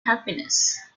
happiness